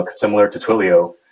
ah similar to twilio,